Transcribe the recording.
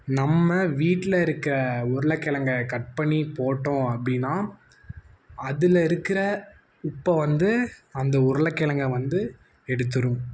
நம்ம வீட்டில் இருக்கிற உருளைக்கிழங்க கட் பண்ணி போட்டோம் அப்படின்னா அதில் இருக்கிற உப்பை வந்து அந்த உருளக்கிழங்க வந்து எடுத்துடும்